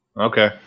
Okay